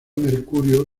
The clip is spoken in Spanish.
mercurio